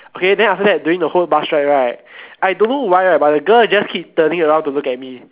okay then after that during the whole bus ride right I don't know why right but the girl just keep turning around to look at me